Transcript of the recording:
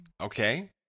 Okay